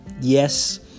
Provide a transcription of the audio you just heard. Yes